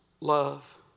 love